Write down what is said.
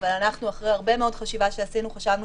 אבל אחרי הרבה מאוד חשיבה שעשינו חשבנו